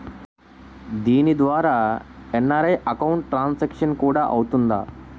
దీని ద్వారా NRI account transaction కూడా అవుతుందా?